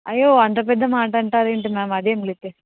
అయ్యో అంత పెద్ద మాట అంటారు ఏంటి అదేంటి మ్యామ్ అది ఏమి లేదు